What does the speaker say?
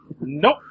Nope